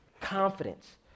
confidence